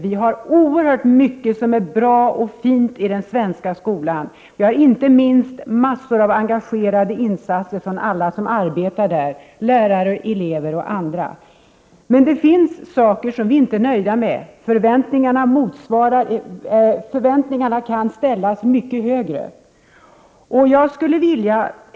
Vi har oerhört mycket som är bra och fint i den svenska skolan, inte minst massor av engagerade insatser av alla som arbetar där — lärare, elever och andra. Men det finns saker som vi inte är nöjda med. Förväntningarna kan ställas mycket högre.